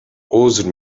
عذر